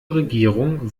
regierung